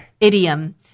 idiom